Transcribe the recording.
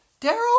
Daryl